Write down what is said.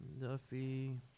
Duffy